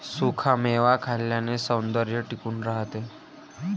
सुखा मेवा खाल्ल्याने सौंदर्य टिकून राहते